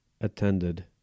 attended